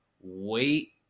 wait